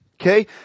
Okay